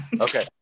Okay